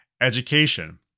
education